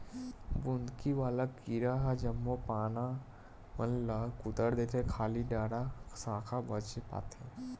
बुंदकी वाला कीरा ह जम्मो पाना मन ल कुतर देथे खाली डारा साखा बचे पाथे